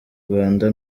rwanda